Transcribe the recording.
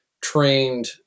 trained